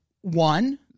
one